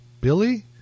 Billy